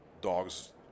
dogs